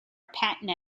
patent